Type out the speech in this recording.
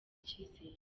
icyizere